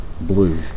Blue